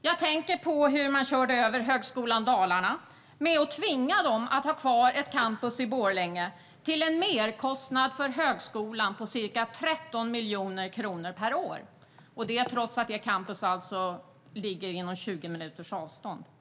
Jag tänker på hur regeringen körde över Högskolan Dalarna genom att tvinga dem att ha kvar ett campus i Borlänge till en merkostnad för högskolan på ca 13 miljoner kronor per år, och detta trots att detta campus ligger på 20 eller 30 minuters avstånd.